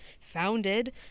founded